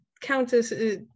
countess